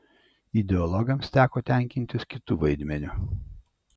ideologams teko tenkintis kitu vaidmeniu